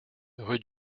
rue